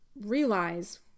realize